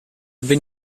bin